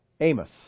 Amos